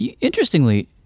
Interestingly